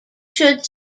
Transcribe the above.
should